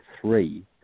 three